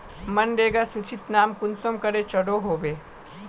मनरेगा सूचित नाम कुंसम करे चढ़ो होबे?